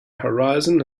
horizon